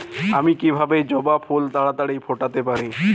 আমি কিভাবে জবা ফুল তাড়াতাড়ি ফোটাতে পারি?